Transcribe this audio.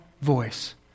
voice